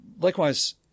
Likewise